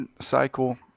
cycle